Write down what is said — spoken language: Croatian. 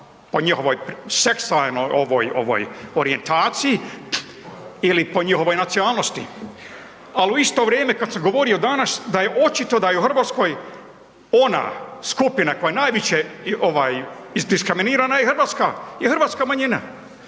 po njihovoj seksualnoj ovoj, ovoj, orijentaciji ili po njihovoj nacionalnosti? Al u isto vrijeme kad sam govorio danas da je očito da je u RH ona skupina koja najviše, ovaj iskamenirana je hrvatska, je hrvatska manjina.